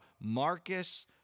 Marcus